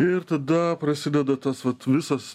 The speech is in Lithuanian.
ir tada prasideda tas vat visas